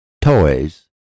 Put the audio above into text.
toys